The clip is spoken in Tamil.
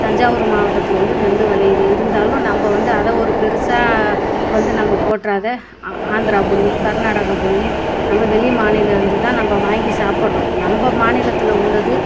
தஞ்சாவூர் மாவட்டத்தில் வந்து நெல் விளையிது இருந்தாலும் நம்ம வந்து அதை ஒரு பெருசாக வந்து நம்ம போற்றாத ஆ ஆந்திரா பொன்னி கர்நாடகா பொன்னி நம்ம வெளி மாநிலலேந்து தான் நம்ம வாங்கி சாப்பிடுறோம் நம்ம மாநிலத்தில் உள்ளது